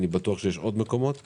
ואני בטוח שיש עוד מקומות כאלה,